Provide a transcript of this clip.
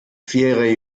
vierjährige